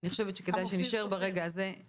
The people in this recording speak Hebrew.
אני חושבת שכדאי שנישאר בזה.